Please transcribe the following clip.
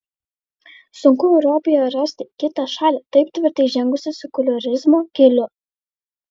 sunku europoje rasti kitą šalį taip tvirtai žengusią sekuliarizmo keliu